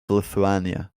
lithuania